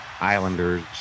Islanders